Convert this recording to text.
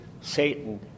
Satan